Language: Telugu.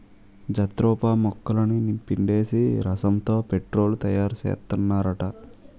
జత్రోపా మొక్కలని పిండేసి రసంతో పెట్రోలు తయారుసేత్తన్నారట